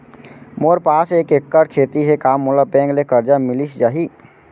मोर पास एक एक्कड़ खेती हे का मोला बैंक ले करजा मिलिस जाही?